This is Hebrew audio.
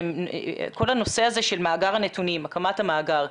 כל הנושא של מאגר הנתונים והקמת המאגר,